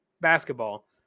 basketball